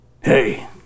Hey